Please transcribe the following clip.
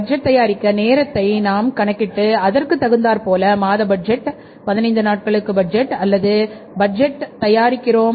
budget தயாரிக்க நேரத்தை நாம் கணக்கிட்டு அதற்கு தகுந்தார் போல மாத பட்ஜெட்15 நாட்களுக்கு பட்ஜெட் அல்லது பட்ஜெட் தயாரிக்கிறோம்